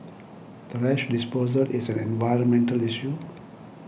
thrash disposal is an environmental issue